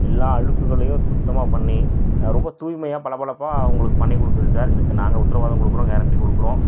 எல்லா அழுக்குகளையும் சுத்தமாக பண்ணி ரொம்ப தூய்மையாக பளபளப்பாக உங்களுக்கு பண்ணி கொடுக்குது சார் இதுக்கு நாங்க உத்திரவாதம் கொடுக்குறோம் கேரண்ட்டி கொடுக்குறோம்